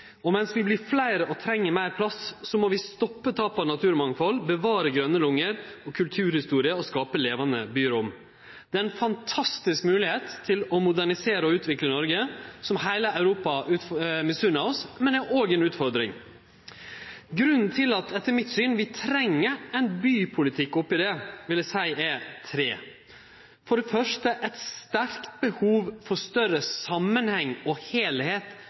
Mens vi vert fleire og treng meir plass, må vi stoppe tapet av naturmangfald, bevare grøne lunger og kulturhistorie og skape levande byrom. Det er ei fantastisk moglegheit til å modernisere og utvikle Noreg, som heile Europa misunner oss. Men det er òg ei utfordring. Eg vil seie at grunnen til at vi etter mitt syn treng ein bypolitikk, er tredelt. For det første er det eit sterkt behov for større samanheng og